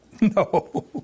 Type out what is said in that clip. No